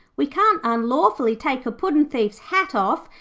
we can't unlawfully take a puddin'-thief's hat off,